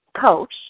coach